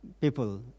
people